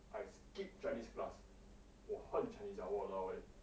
I skipped chinese class 我恨 chinese ah !walao! eh